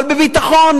אבל בביטחון,